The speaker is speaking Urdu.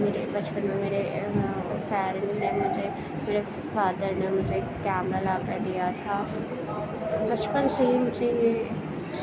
میرے بچپن میں میرے پیرنٹ نے مجھے میرے فادر نے مجھے کیمرا لا کر دیا تھا بچپن سے ہی مجھے یہ